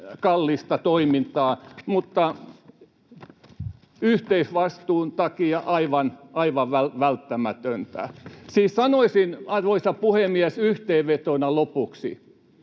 kallista toimintaa mutta yhteisvastuun takia aivan välttämätöntä. Siis sanoisin, arvoisa puhemies, yhteenvetona lopuksi: